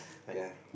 ya